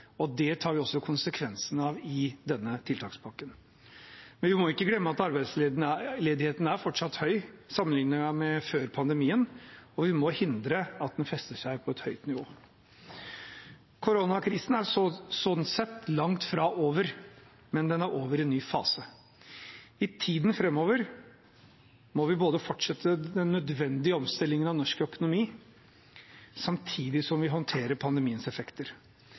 denne tiltakspakken. Men vi må ikke glemme at arbeidsledigheten fortsatt er høy sammenliknet med før pandemien, og vi må hindre at den fester seg på et høyt nivå. Koronakrisen er sånn sett langt fra over, men den er over i en ny fase. I tiden framover må vi fortsette den nødvendige omstillingen av norsk økonomi samtidig som vi håndterer pandemiens effekter.